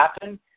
happen